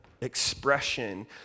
expression